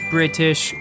British